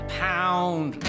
pound